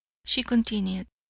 she continued,